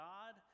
God